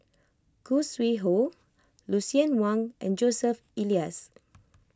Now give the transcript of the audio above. Khoo Sui Hoe Lucien Wang and Joseph Elias